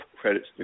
credits